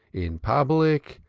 in public,